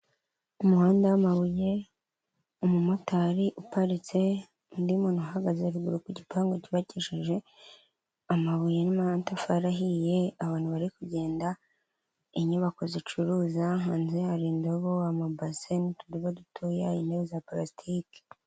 Umuhanda w'amabuye, umumotari uparitse, undi muntu uhagaze ruguru ku gipangu cyubakijeje amabuye n'amatafari ahiye, abantu bari kugenda, inyubako zicuruza, hanze hari indobo, amabase n'utudobo dutoya, intebe za parasitike.